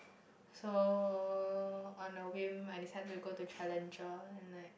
so on the way my decided to go to Challenger and like